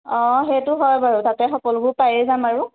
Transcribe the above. অ' সেইটো হয় বাৰু তাতে সকলোবোৰ পায়েই যাম আৰু